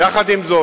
עם זאת,